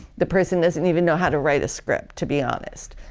the person doesn't even know how to write a script to be honest.